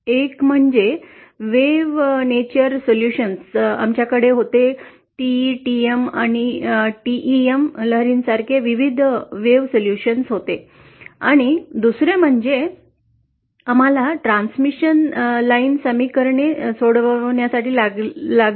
एक म्हणजे आमच्याकडे उपाय होते TE TM आणि TEM लहरींसारखे विविध तरंग सोल्यूशन्स होते आणि दुसरे म्हणजे आम्हाला ट्रान्समिशन लाईन समीकरणे सोडवावी लागली